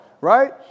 right